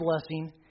blessing